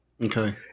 okay